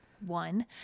one